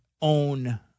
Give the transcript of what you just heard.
own